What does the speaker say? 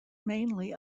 mainly